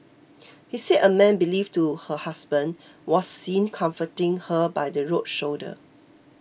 he said a man believed to her husband was seen comforting her by the road shoulder